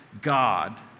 God